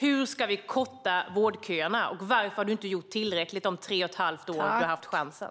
Hur ska vi korta vårdköerna? Varför har du inte gjort tillräckligt under de tre och ett halvt år som du har haft chansen?